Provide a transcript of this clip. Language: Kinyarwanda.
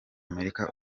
amerika